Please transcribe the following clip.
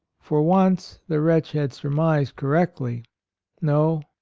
for once the wretch had surmised correctly no,